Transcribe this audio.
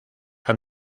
han